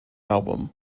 album